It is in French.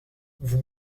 vous